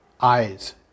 eyes